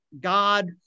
God